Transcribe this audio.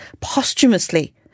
posthumously